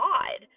God